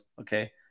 Okay